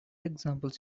examples